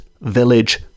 village